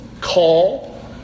call